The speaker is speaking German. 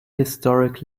historic